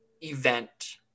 event